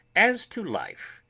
as to life,